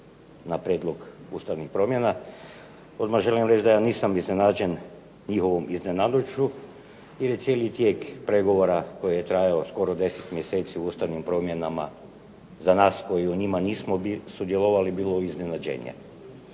na prijedlog Ustavnih promjena. Odmah želim reći da ja nisam iznenađen ovom iznenađenošću jer je cijeli tijek pregovora koji je trajao gotovo 10 mjeseci o Ustavnim promjenama za nas koji nismo u njima sudjelovali bilo iznenađenje.